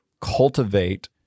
cultivate